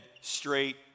straight